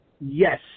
yes